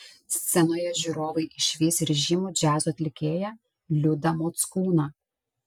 scenoje žiūrovai išvys ir žymų džiazo atlikėją liudą mockūną